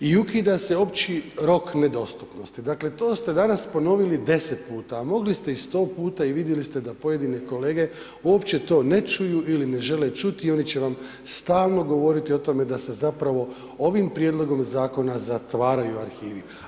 I ukida se opći rok nedostupnosti, dakle to ste danas ponovili 10 puta a mogli ste i 100 puta i vidjeli ste da pojedini kolege uopće to ne čuju ili ne žele čuti i oni će vam stalno govoriti o tome da se zapravo ovim prijedlogom zakona zatvaraju arhivi.